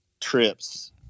trips